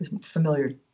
familiar